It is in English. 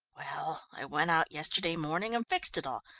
well, i went out yesterday morning and fixed it all.